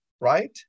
right